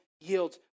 yields